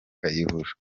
kayihura